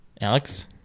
Alex